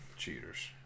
cheaters